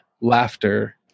laughter